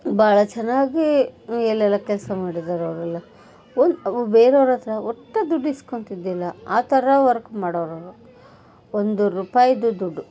ಭಾಳ ಚೆನ್ನಾಗಿ ಎಲ್ಲೆಲ್ಲಾ ಕೆಲಸ ಮಾಡಿದ್ದಾರೆ ಅವರೆಲ್ಲ ಒಂದು ಬೇರೆಯವ್ರ ಹತ್ರ ಒಟ್ಟು ದುಡ್ಡು ಇಸ್ಕೊಂತಿದ್ದಿಲ್ಲ ಆ ಥರ ವರ್ಕ್ ಮಾಡೋರು ಅವರು ಒಂದು ರೂಪಾಯಿದೂ ದುಡ್ಡು